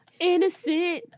innocent